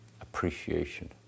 appreciation